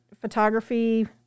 photography